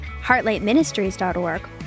heartlightministries.org